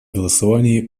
голосовании